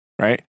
right